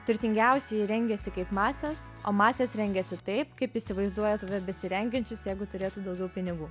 turtingiausieji rengiasi kaip masės o masės rengiasi taip kaip įsivaizduoja save besirengiančius jeigu turėtų daugiau pinigų